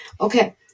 Okay